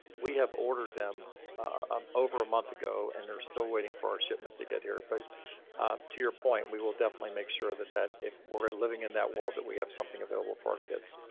we have ordered them um over a month ago and they're still waiting for our shipment to get here. but to your point, we will definitely make sure that, that if we're living in that world, that we have something available for our kids.